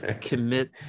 commit